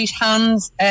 hands